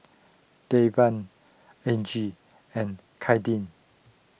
Davin Angie and Kadin